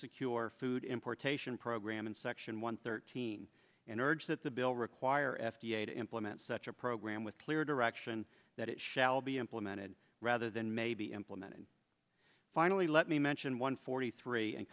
secure food importation program in section one thirteen and urge that the bill require f d a to implement such a program with clear direction that it shall be implemented rather than may be implemented finally let me mention one forty three and